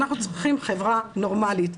אנחנו צריכים חברה נורמלית,